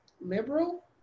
Liberal